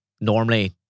Normally